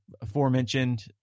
aforementioned